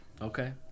Okay